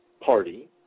party